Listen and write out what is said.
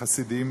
חסידים,